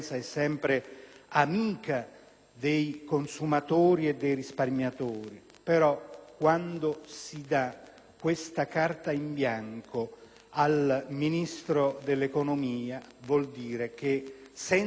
dei consumatori e dei risparmiatori. Però, quando si concede questa carta in bianco al Ministro dell'economia senza la necessaria trasparenza,